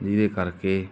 ਜਿਹਦੇ ਕਰਕੇ